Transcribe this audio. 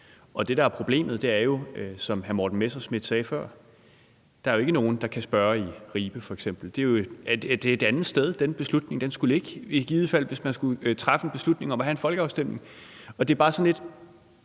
Og det, der er problemet, er jo, som hr. Morten Messerschmidt sagde før, at der ikke er nogen, der kan spørge i Ribe f.eks. Det er et andet sted, den beslutning skulle ligge i givet fald, hvis man skulle træffe en beslutning om at have en folkeafstemning. Hvad er ministeren